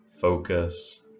focus